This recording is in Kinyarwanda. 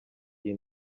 iyi